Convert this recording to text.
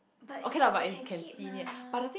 but is like you can keep mah